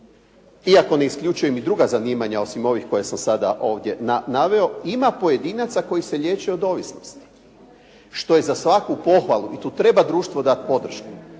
iako ne isključujem i druga zanimanja osim ovih koje sam ovdje sada naveo. Ima pojedinaca koji se liječe od ovisnosti, što je za svaku pohvalu i tu treba društvo dati podršku,